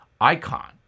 icon